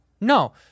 No